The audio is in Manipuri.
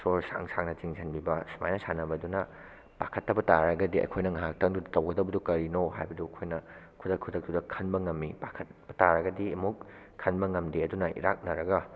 ꯁꯣꯔ ꯁꯥꯡ ꯁꯥꯡꯅ ꯆꯤꯡꯁꯤꯟꯕꯤꯕ ꯁꯨꯃꯥꯏꯅ ꯁꯥꯟꯅꯕꯗꯨꯅ ꯄꯥꯈꯠꯇꯕ ꯇꯥꯔꯒꯗꯤ ꯑꯩꯈꯣꯏꯅ ꯉꯥꯏꯍꯥꯛꯇꯪꯗꯨꯗ ꯇꯧꯒꯗꯕꯗꯨ ꯀꯔꯤꯅꯣ ꯍꯥꯏꯕꯗꯨ ꯑꯩꯈꯣꯏꯅ ꯈꯨꯗꯛ ꯈꯨꯗꯛꯇꯨꯗ ꯈꯟꯕ ꯉꯝꯏ ꯄꯥꯈꯠꯄ ꯇꯥꯔꯗꯤ ꯑꯃꯨꯛ ꯈꯟꯕ ꯉꯝꯗꯦ ꯑꯗꯨꯅ ꯏꯔꯥꯛꯅꯔꯒ